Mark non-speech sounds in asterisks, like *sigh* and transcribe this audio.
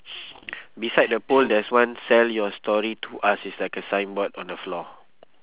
*noise* beside the pole there's one sell your story to us it's like a signboard on the floor